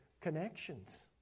connections